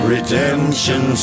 Redemption